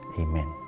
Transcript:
Amen